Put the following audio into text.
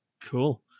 Cool